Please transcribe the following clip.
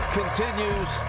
continues